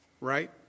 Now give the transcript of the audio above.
right